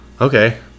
okay